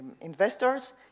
investors